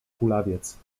kulawiec